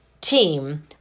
team